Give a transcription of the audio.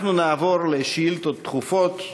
אנחנו נעבור לשאילתות דחופות.